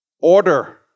order